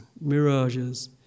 mirages